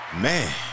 Man